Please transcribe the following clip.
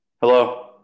Hello